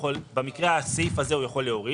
בסעיף הזה הוא יכול רק להקטין.